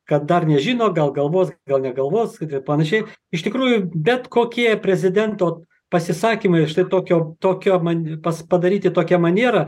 kad dar nežino gal galvos gal negalvos kad ir panašiai iš tikrųjų bet kokie prezidento pasisakymai štai tokio tokio man pas padaryti tokia maniera